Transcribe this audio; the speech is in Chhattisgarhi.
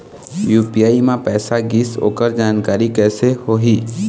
यू.पी.आई म पैसा गिस ओकर जानकारी कइसे होही?